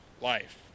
life